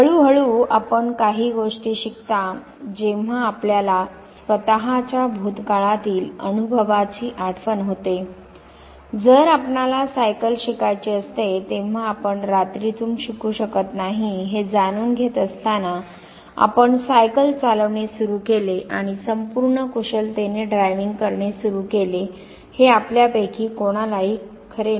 हळूहळू आपण काही गोष्टी शिकता जेव्हा आपल्याला स्वतच्या भूतकाळातील अनुभवाची आठवण होते जर आपणाला सायकल शिकायची असते तेव्हा आपण रात्रीतून शिकू शकत नाही हे जाणून घेत असताना आपण सायकल चालविणे सुरू केले आणि संपूर्ण कुशलतेने ड्राइव्हिंग करणे सुरू केले हे आपल्यापैकी कोणालाही खरे नाही